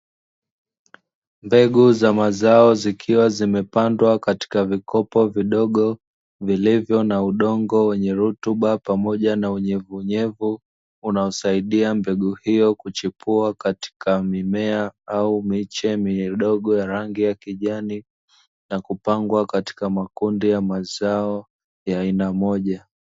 Mbegu za mazao zikiwa zimepandwa katika vikopo vidogo, vilivyo na udongo wenye rutuba pamoja na unyevuunyevu, unaosaidia mbegu hiyo kuchipua katika mimea au miche midogo ya rangi ya kijani, na kupangwa katika makundi ya mazao ya aina moja.